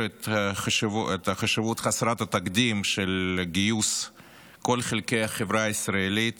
את החשיבות חסרת התקדים של גיוס כל חלקי החברה הישראלית